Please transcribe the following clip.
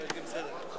להגיד לכל מי